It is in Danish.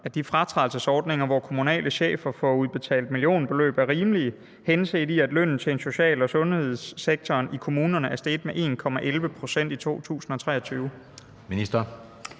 at de fratrædelsesordninger, hvor kommunale chefer får udbetalt millionbeløb, er rimelige, henset til at lønnen til en ansat i social- og sundhedssektoren i kommunerne er steget med 1,11 pct. i 2023?